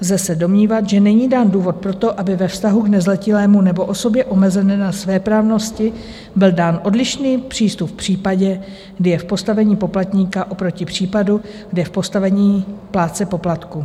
Lze se domnívat, že není dán důvod pro to, aby ve vztahu k nezletilému nebo osobě omezené na svéprávnosti byl dán odlišný přístup v případě, kdy je v postavení poplatníka, oproti případu, kdy je v postavení plátce poplatku.